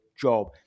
job